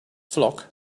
flock